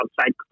outside